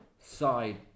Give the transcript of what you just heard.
side